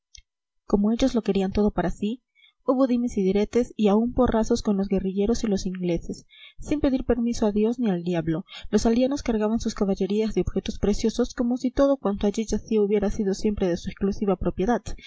como ellos lo querían todo para sí hubo dimes y diretes y aun porrazos con los guerrilleros y los ingleses sin pedir permiso a dios ni al diablo los aldeanos cargaban sus caballerías de objetos preciosos como si todo cuanto allí yacía hubiera sido siempre de su exclusiva propiedad